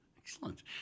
Excellent